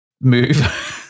move